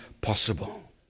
possible